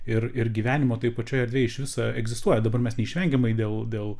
ir ir gyvenimo toj pačioj erdvėj iš viso egzistuoja dabar mes neišvengiamai dėl dėl